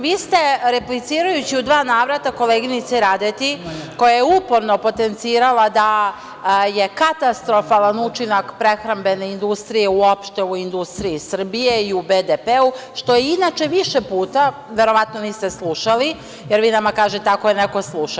Vi ste replicirajući u dva navrata koleginici Radeti, koja je uporno potencirala da je katastrofalan učinak prehrambene industrije, uopšte u industriji Srbije i u BDP, što je inače više puta, verovatno niste slušali, jer vi nama ako je neko sluša.